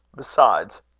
besides,